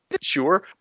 sure